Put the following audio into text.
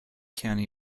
county